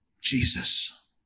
Jesus